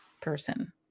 person